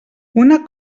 una